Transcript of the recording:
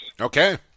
Okay